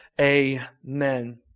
Amen